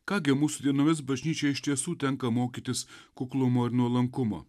ką gi mūsų dienomis bažnyčia iš tiesų tenka mokytis kuklumo ir nuolankumo